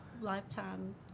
lifetime